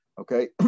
okay